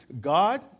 God